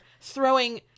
throwing